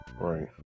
Right